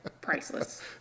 Priceless